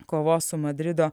kovos su madrido